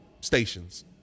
stations